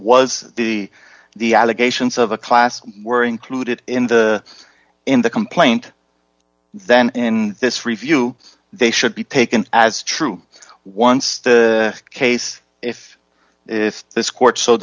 was the the allegations of a class were included in the in the complaint then in this review they should be taken as true once the case if if this court so